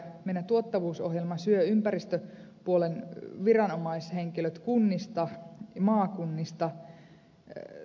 meidän tuottavuusohjelmamme syö ympäristöpuolen viranomaishenkilöt kunnista ja maakunnista